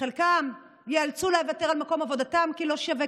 חלקן ייאלצו לוותר על מקום עבודתן כי לא שווה